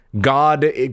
God